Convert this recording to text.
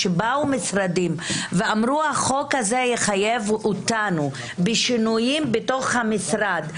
ובאו ממשרדים ואמרו שהחוק הזה יחייב אותנו בשינויים בתוך המשרד,